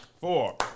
four